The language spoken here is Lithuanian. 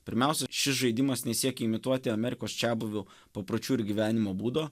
pirmiausia šis žaidimas nesiekia imituoti amerikos čiabuvių papročių ir gyvenimo būdo